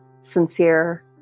sincere